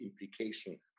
implication